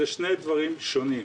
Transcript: מדובר בשני דברים שונים.